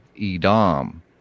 Edom